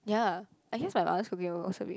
ya I guess my mother's cooking would also be